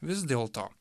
vis dėlto